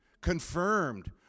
confirmed